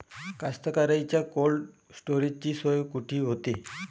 कास्तकाराइच्या कोल्ड स्टोरेजची सोय कुटी होते?